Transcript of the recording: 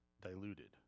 diluted